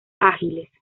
ágiles